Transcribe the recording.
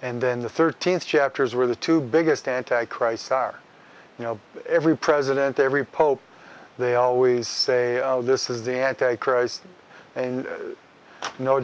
and then the thirteenth chapters where the two biggest anti christ are you know every president every pope they always say this is the anti christ and no